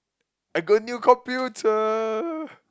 I got a new computer